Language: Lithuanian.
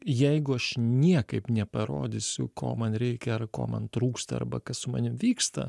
jeigu aš niekaip neparodysiu ko man reikia ar ko man trūksta arba kas su manim vyksta